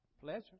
pleasure